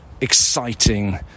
exciting